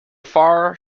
far